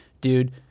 dude